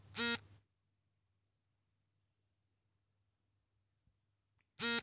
Banking ಅಲ್ಲದ ಹಣಕಾಸು ಸೇವೆಗಳ ಚಟುವಟಿಕೆಗಳು ಯಾವುವು?